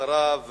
אחריו,